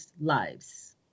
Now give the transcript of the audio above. lives